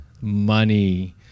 money